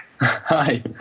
Hi